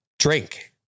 Drink